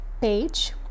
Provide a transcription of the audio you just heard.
page